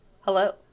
Hello